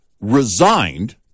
resigned